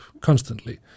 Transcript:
constantly